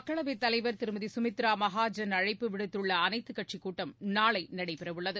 மக்களவைத் தலைவர் திருமதி சுமித்ரா மகாஜன் அழைப்பு விடுத்துள்ள அனைத்துக் கட்சிக் கூட்டம் நாளை நடைபெறவுள்ளது